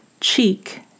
cheek